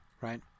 right